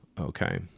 okay